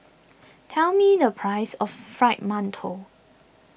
tell me the price of Fried Mantou